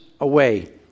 away